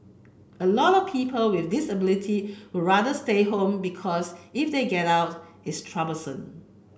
a lot of people with disability would rather stay home because if they get out it's troublesome